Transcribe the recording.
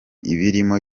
ibirimo